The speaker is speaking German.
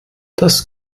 das